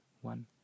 One